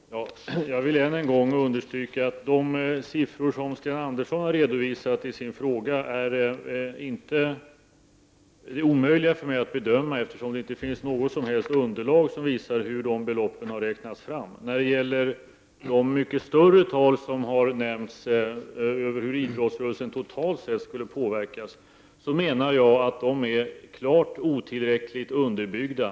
Herr talman! Jag vill ännu en gång understryka att det är omöjligt för mig att bedöma de siffror som Sten Andersson i Malmö redovisar i sin fråga. Det finns ju inte något som helst underlag som visar hur beloppen har räknats fram. De mycket större tal som har nämnts när det gäller hur mycket idrottsrörelsen totalt sett skulle påverkas är, menar jag, klart otillräckligt underbyggda.